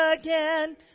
again